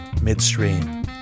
midstream